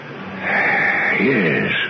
Yes